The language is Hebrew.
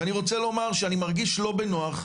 ואני רוצה לומר שאני מרגיש לא בנוח,